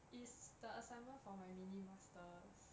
is the assignment for my mini masters